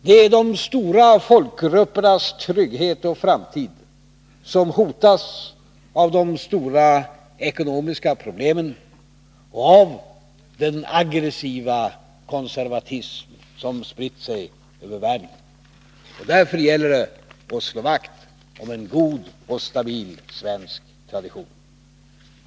Det är de stora folkgruppernas trygghet och framtid som hotas av de stora ekonomiska problemen och av den aggressiva konservatism som spritt sig över världen. Därför gäller det att slå vakt om en god och stabil svensk tradition.